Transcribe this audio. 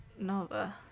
Nova